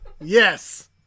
Yes